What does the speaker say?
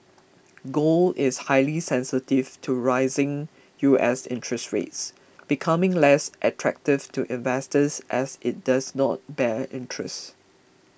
gold is highly sensitive to rising U S interest rates becoming less attractive to investors as it does not bear interest